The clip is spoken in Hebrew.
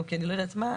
או כי אני לא יודעת מה,